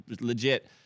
legit